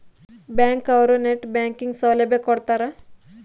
bank ಅವ್ರು net banking ಸೌಲಭ್ಯ ಕೊಡ್ತಾರ